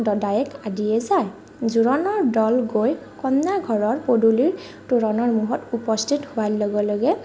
দদায়েক আদিয়ে যায় জোৰোণৰ দল গৈ কইনা ঘৰৰ পদূলিৰ তোৰণৰ মুখত উপস্থিত হোৱাৰ লগে লগে